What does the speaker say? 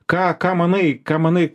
ką ką manai ką manai